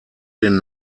den